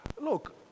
Look